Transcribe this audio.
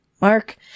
Mark